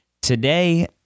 Today